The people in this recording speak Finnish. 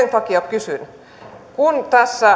takia kysyn kun